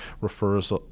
refers